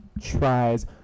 tries